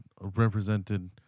represented